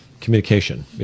Communication